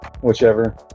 whichever